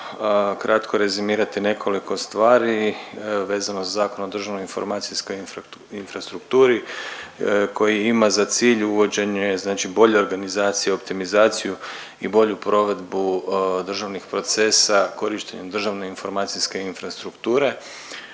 kratko rezimirati nekoliko stvari vezano za Zakon o državnoj informacijskoj infrastrukturi koji ima za cilj uvođenje znači bolje organizacije, optimizaciju i bolju provedbu državnih procesa korištenjem državne informacijske infrastrukture.